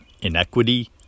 inequity